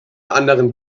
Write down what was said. anderen